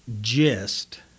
gist